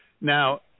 Now